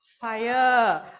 fire